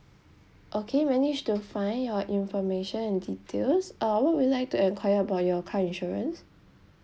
okay managed to find your information and details uh what would you like to enquire about your car insurance